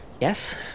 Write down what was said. yes